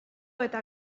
eta